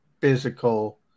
physical